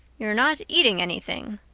you're not eating anything,